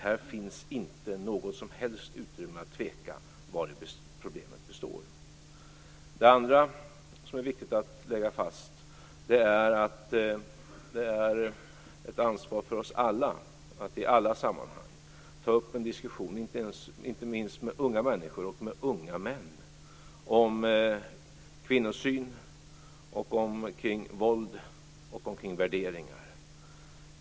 Här finns inte något som helst utrymme att tveka vari problemet består. Det andra som är viktigt att lägga fast är att det är ett ansvar för oss alla att i alla sammanhang ta upp en diskussion, inte minst med unga människor och speciellt unga män, om kvinnosyn, våld och värderingar.